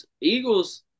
Eagles